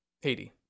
Haiti